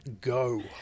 go